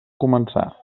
començar